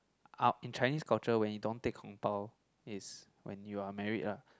ah in Chinese culture when you don't take 红包 is when you are married lah